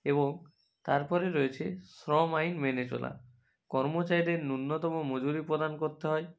এবং তার পরে রয়েছে শ্রম আইন মেনে চলা কর্মচারীদের ন্যূনতম মজুরি প্রদান করতে হয়